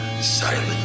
silent